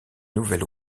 nouvel